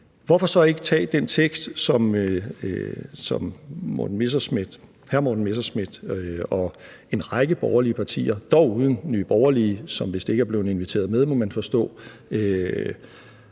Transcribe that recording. Hvorfor så ikke tage den tekst, som hr. Morten Messerschmidt og en række borgerlige partier – dog uden Nye Borgerlige, som vist ikke er blevet inviteret med, må man forstå